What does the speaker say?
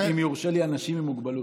אם יורשה לי: אנשים עם מוגבלות.